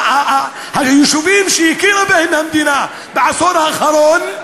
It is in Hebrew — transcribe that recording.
היישובים שהכירה בהם המדינה בעשור האחרון,